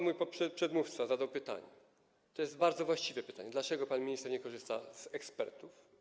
Mój przedmówca zadał pytanie i to jest bardzo właściwe pytanie: Dlaczego pan minister nie korzysta z opinii ekspertów?